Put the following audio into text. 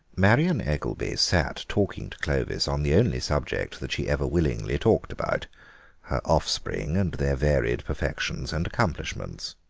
marion eggelby sat talking to clovis on the only subject that she ever willingly talked about her offspring and their varied perfections and accomplishments.